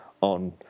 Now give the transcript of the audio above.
on